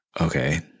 Okay